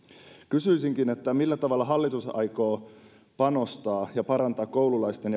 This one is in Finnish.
kysyisinkin millä tavalla hallitus aikoo parantaa koululaisten